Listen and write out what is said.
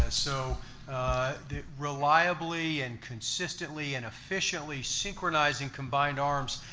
ah so reliably and consistently and efficiently synchronizing combined arms.